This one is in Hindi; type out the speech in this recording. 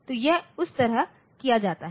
तो यह उस तरह किया जाता है